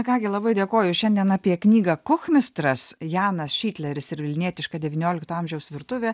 ką gi labai dėkoju šiandien apie knygą kuchmistras janas šitleris ir vilnietiška devyniolikto amžiaus virtuvė